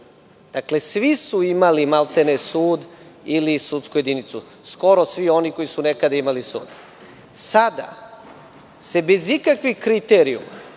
Svi su imali maltene sud, ili sudsku jedinicu, skoro svi oni koji su nekada imali sud. Sada se bez ikakvih kriterijuma,